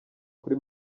kuri